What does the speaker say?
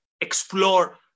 explore